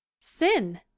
sin